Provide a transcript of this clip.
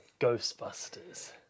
Ghostbusters